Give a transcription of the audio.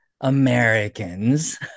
Americans